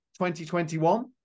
2021